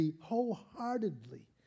wholeheartedly